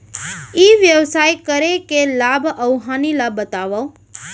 ई व्यवसाय करे के लाभ अऊ हानि ला बतावव?